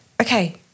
okay